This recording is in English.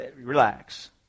relax